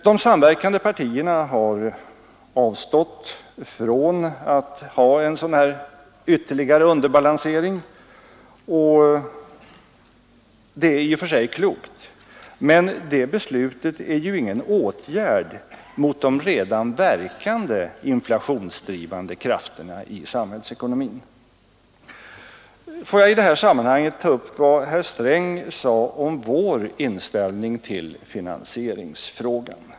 De samverkande partierna har avstått från en sådan här ytterligare underbalansering, och det är i och för sig klokt, men det beslutet är ju ingen åtgärd mot de redan verkande inflationsdrivande krafterna i samhällsekonomin. I det här sammanhanget vill jag ta upp vad herr Sträng sade om vår inställning till finansieringsfrågan.